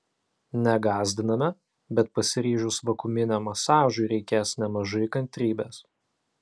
negąsdiname bet pasiryžus vakuuminiam masažui reikės nemažai kantrybės